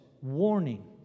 Warning